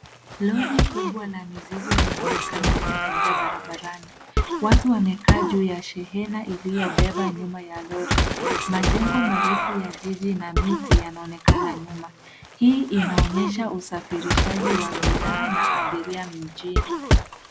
Lori kubwa la mizigo linaonekana likitembea barabarani. Watu wamekaa juu ya shehena iliyobeba nyuma ya lori. Majengo marefu ya jiji na miti yanaonekana nyuma. Hii inaonyesha usafirishaji wa bidhaa na abiria mjini.